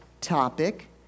topic